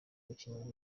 abakinnyi